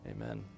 amen